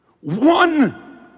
one